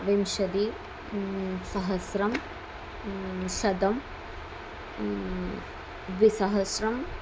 विंशतिः सहस्रं शतं द्विसहस्रं